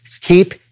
Keep